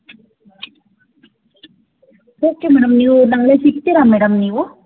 okay madam ನೀವು ನಾಳೆ ಸಿಗ್ತೀರಾ ಮೇಡಮ್ ನೀವು